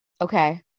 Okay